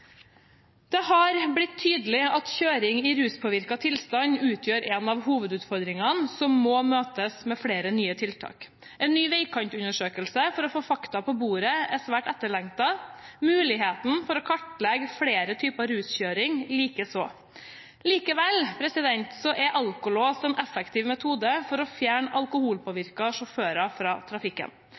Det har blitt tydelig at kjøring i ruspåvirket tilstand utgjør en av hovedutfordringene som må møtes med flere nye tiltak. En ny vegkantundersøkelse for å få fakta på bordet er svært etterlengtet, muligheten for å kartlegge flere typer ruskjøring likeså. Likevel er alkolås en effektiv metode for å fjerne alkoholpåvirkede sjåfører fra trafikken.